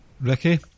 Ricky